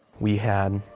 we had,